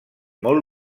molt